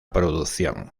producción